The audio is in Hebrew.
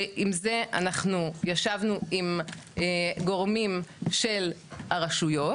שעם זה אנחנו ישבנו עם גורמים של הרשויות